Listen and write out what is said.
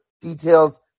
details